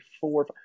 four